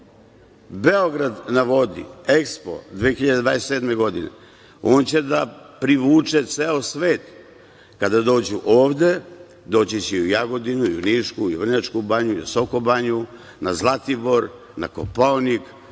Beograd na vodi, EKSPO 2027. godine, on će da privuče ceo svet. Kada dođu ovde, doći će u Jagodinu i u Nišku i u Vrnjačku banju i u Sokobanju, na Zlatibor, na Kopaonik,